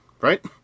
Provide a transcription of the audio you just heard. right